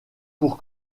pour